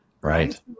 Right